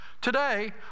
Today